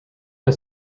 for